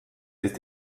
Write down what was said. ist